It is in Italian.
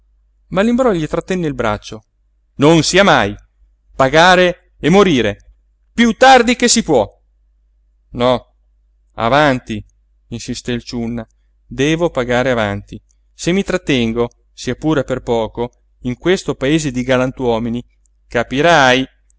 l'imbrò gli trattenne il braccio non sia mai pagare e morire piú tardi che si può no avanti insisté il ciunna devo pagare avanti se mi trattengo sia pure per poco in questo paese di galantuomini capirai